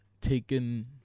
taken